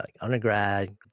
undergrad